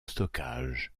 stockage